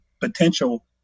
potential